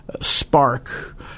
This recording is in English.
spark